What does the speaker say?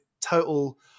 total